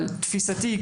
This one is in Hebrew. אבל תפיסתי,